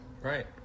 Right